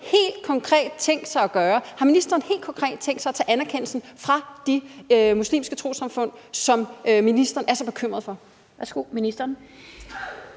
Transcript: helt konkret tænkt sig at gøre? Har ministeren helt konkret tænkt sig at tage anerkendelsen fra de muslimske trossamfund, som ministeren er så bekymret for? Kl. 12:41 Den